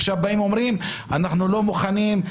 עכשיו באים ואומרים: אנחנו לא מוכנים,